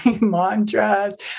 mantras